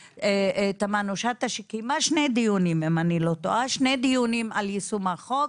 תמנו שטה שקיימה שני דיונים על יישום החוק,